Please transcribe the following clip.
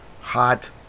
Hot